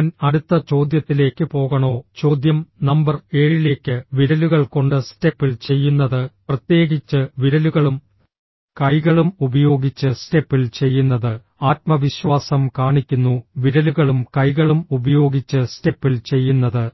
ഞാൻ അടുത്ത ചോദ്യത്തിലേക്ക് പോകണോ ചോദ്യം നമ്പർ ഏഴിലേക്ക് വിരലുകൾ കൊണ്ട് സ്റ്റെപ്പിൾ ചെയ്യുന്നത് പ്രത്യേകിച്ച് വിരലുകളും കൈകളും ഉപയോഗിച്ച് സ്റ്റെപ്പിൾ ചെയ്യുന്നത് ആത്മവിശ്വാസം കാണിക്കുന്നു വിരലുകളും കൈകളും ഉപയോഗിച്ച് സ്റ്റെപ്പിൾ ചെയ്യുന്നത്